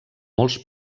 molts